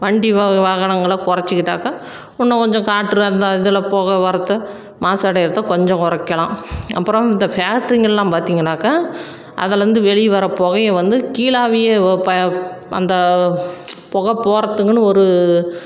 வண்டி வா வாகனங்களை குறச்சிக்கிட்டாக்கா இன்னும் கொஞ்சம் காற்று அந்த இதில் புக வர்றது மாசடையிறது கொஞ்சம் குறைக்கலாம் அப்புறம் இந்த ஃபேக்ட்ரிங்கள் எல்லாம் பார்த்தீங்கனாக்க அதுலந்து வெளியே வர்ற புகைய வந்து கீழாவியே ப அந்த புக போகறத்துக்குன்னு ஒரு